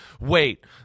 wait